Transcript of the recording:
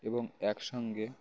এবং একসঙ্গে